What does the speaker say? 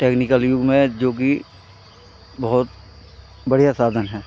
technical युग में जोकि बहुत बढ़ियाँ साधन है